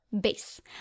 Base